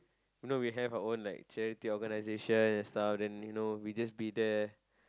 you know we have our own like charity organisation and stuff then you know we just be there